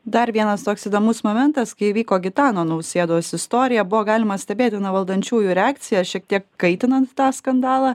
dar vienas toks įdomus momentas kai įvyko gitano nausėdos istorija buvo galima stebėti na valdančiųjų reakciją šiek tiek kaitinant tą skandalą